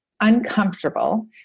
uncomfortable